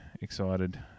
excited